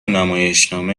نمایشنامه